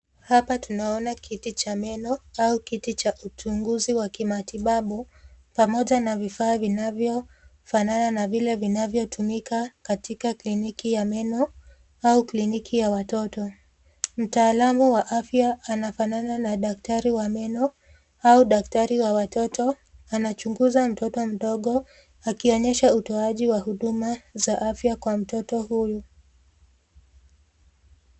Hapa tunaona kiti cha meno au kiti cha utunguzi wa kimatibabu pamoja na vifaa vinavyofanana na vile vinavyotumika katika kliniki ya meno au kliniki ya watoto. Mtaalamu wa afya anafanana na daktari wa meno au daktari wa watoto anachunguza mtoto mdogo akionyesha utoaji wa huduma za afya kwa mtoto huyu.